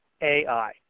AI